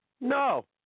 No